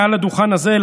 מעל הדוכן הזה,